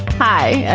hi, ah